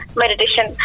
meditation